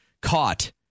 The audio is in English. caught